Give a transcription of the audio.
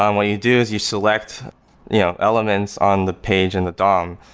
um what you do is you select yeah elements on the page and the dom,